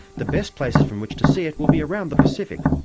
the best places from which to see it will be around the pacific.